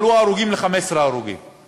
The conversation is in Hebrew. מספר ההרוגים עלה ל-15.